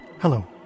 Hello